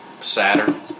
Saturn